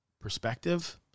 perspective